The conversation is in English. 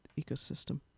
ecosystem